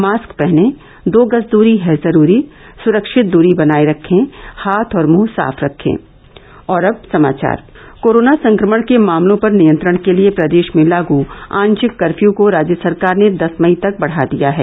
mask पहनें दो गज दूरी है जरूरी सुरक्षित दूरी बनाये रखें हाथ और मुह साफ रखें कोरोना संक्रमण के मामलों पर नियंत्रण के लिये प्रदेश में लागू आंशिक कर्फ्यू को राज्य सरकार ने दस मई तक बढ़ा दिया है